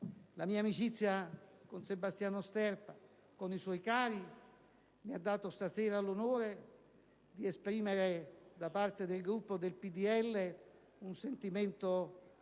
La mia amicizia con Sebastiano Sterpa e con i suoi cari mi ha conferito questa sera l'onore di esprimere, da parte del Gruppo del PdL, un sentimento di commossa